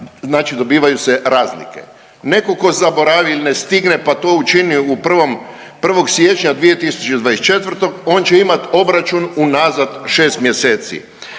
znači dobivaju se razlike, netko tko zaboravi ili ne stigne pa to učini 1. siječnja 2024., on će imati obračun unazad 6 mjeseci.